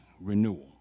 renewal